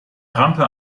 rampe